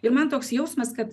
ir man toks jausmas kad